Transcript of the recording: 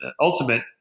ultimate